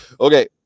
Okay